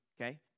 okay